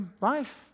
life